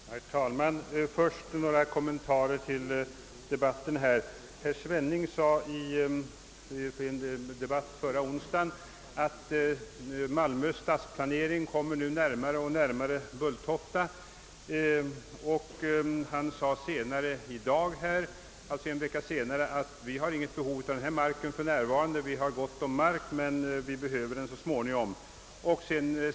Herr talman! Först några kommentarer till den förda debatten. Herr Svenning sade i en debatt här förra onsdagen att Malmös stadsplanering nu går närmare och närmare inpå Bulltofta. I dag, alltså en vecka senare, säger han att man för närvarande inte har något behov av denna mark, men att man så småningom kommer att behöva den.